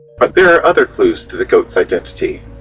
but there are other clues to the goat's identity.